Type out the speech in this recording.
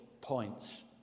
points